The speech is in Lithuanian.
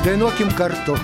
dainuokim kartu